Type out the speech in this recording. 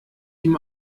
ihm